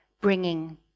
bringing